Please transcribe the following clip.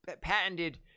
patented